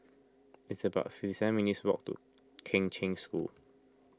it's about fifty seven minutes' walk to Kheng Cheng School